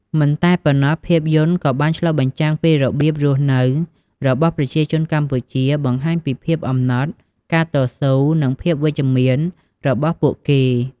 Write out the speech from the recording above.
មិនតែប៉ុណ្ណោះ ភាពយន្តក៏បានឆ្លុះបញ្ចាំងពី របៀបរស់នៅរបស់ប្រជាជនកម្ពុជា បង្ហាញពីភាពអំណត់ ការតស៊ូ និងភាពវិជ្ជមានរបស់ពួកគេ។